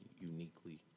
uniquely